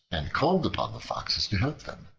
and called upon the foxes to help them.